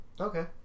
Okay